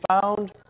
found